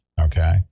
okay